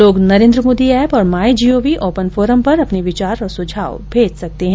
लोग नरेन्द्र मोदी ऐप और my G O V open forum पर अपने विचार और सुझाव मेज सकते हैं